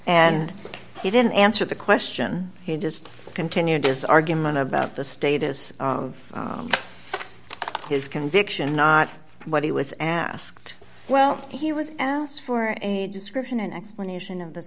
and he didn't answer the question he just continued its argument about the status of his conviction not what he was asked well he was asked for a description an explanation of the